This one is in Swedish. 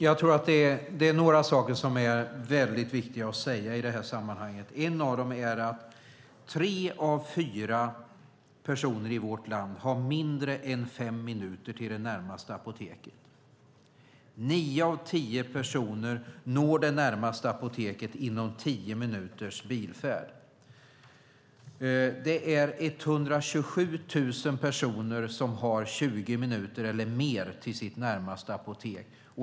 Fru talman! Det är några saker som är väldigt viktiga att säga i detta sammanhang. En av dem är att tre av fyra personer har mindre än fem minuter till det närmaste apoteket. Nio av tio personer når det närmaste apoteket inom tio minuters bilfärd. Det är 127 000 personer som har 20 minuter eller mer till sitt närmaste apotek.